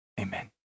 Amen